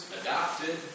adopted